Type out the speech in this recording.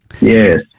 Yes